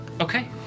Okay